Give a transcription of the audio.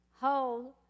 hold